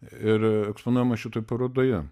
ir eksponuojama šitoj parodoje